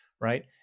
right